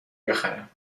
بخرم